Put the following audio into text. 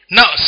Now